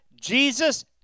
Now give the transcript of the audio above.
Jesus